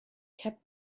kept